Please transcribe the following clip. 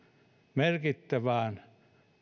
merkittävään